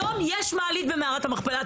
היום יש מעלית במערת המכפלה.